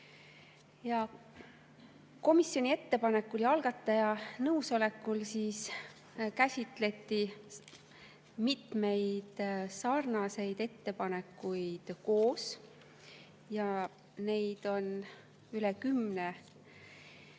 Komisjoni ettepanekul ja algataja nõusolekul käsitleti mitmeid sarnaseid ettepanekuid koos. Neid on üle kümne.